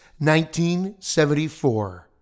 1974